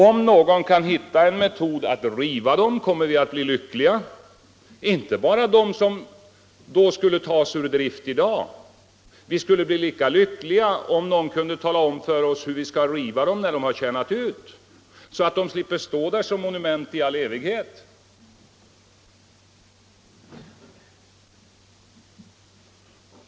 Om någon kan hitta en metod att riva dem, kommer vi att bli lyckliga. Detta gäller inte bara de verk som tas ur drift i dag. Vi skulle bli lika lyckliga om någon kunde tala om för oss hur vi skall riva dem när de har tjänat ut, så att de slipper stå där som monument i all evighet.